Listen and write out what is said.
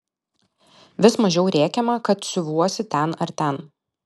vis mažiau rėkiama kad siuvuosi ten ar ten